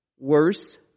worse